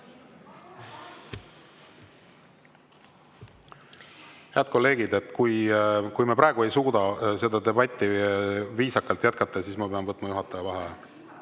Head kolleegid, kui me praegu ei suuda seda debatti viisakalt jätkata, siis ma pean võtma juhataja